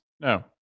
No